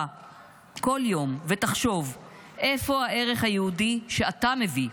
כל יום ותחשוב איפה הערך היהודי שאתה מביא.